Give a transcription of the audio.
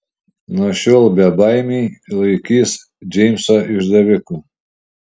nuo šiol bebaimiai laikys džeimsą išdaviku